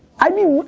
i mean,